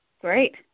Great